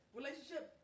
relationship